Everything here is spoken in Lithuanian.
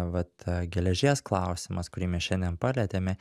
vat geležies klausimas kurį mes šiandien palietėme